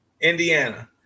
Indiana